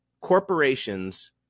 corporations